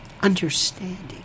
understanding